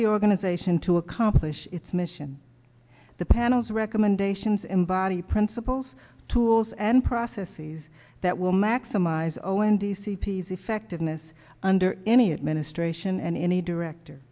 the organization to accomplish its mission the panel's recommendations embody principles tools and processes that will maximize oh in these c p s effectiveness under any administration and any director